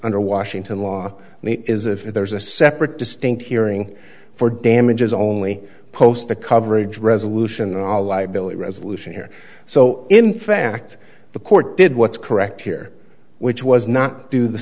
under washington law is if there is a separate distinct hearing for damages only post the coverage resolution or liability resolution here so in fact the court did what's correct here which was not due the